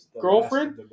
girlfriend